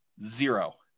zero